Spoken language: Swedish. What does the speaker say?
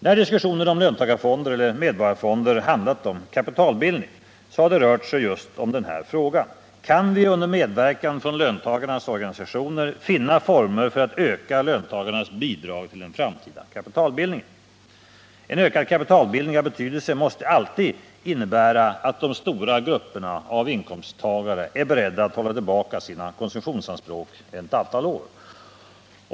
När diskussionen om löntagarfonder eller medborgarfonder handlat om kapitalbildning har det rört sig just om den här frågan. Kan vi under medverkan av löntagarnas organisationer finna former för att öka löntagarnas bidrag till den framtida kapitalbildningen? En ökad kapitalbildning av betydelse måste alltid innebära att de stora grupperna av inkomsttagare är beredda att hålla tillbaka sina konsumtionsanspråk ett antal år.